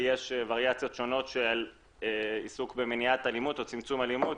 יש ואריציות שונות של עיסוק במניעת אלימות או צמצום אלימות,